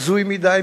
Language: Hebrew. הזוי מדי,